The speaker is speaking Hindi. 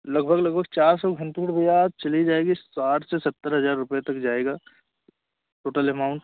लगभग लगभग चार सौ घन फीट भैया चली जाएगी साठ से सत्तर हज़ार रुपये तक जाएगा टोटल एमाउंट